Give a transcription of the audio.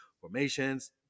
formations